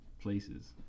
places